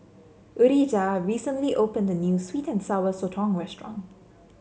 Urijah recently opened a new sweet and Sour Sotong restaurant